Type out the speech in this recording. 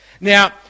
Now